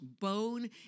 bone